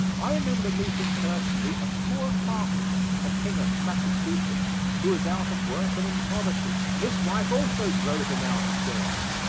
i remember meeting personally a poor carpenter of hingham, massachusetts, who was out of work and in poverty. his wife also drove him out of doors.